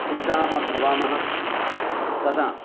सिद्धाः भवामः तदा